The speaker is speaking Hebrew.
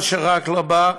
מה שרק לא בא,